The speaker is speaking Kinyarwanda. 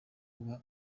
uwo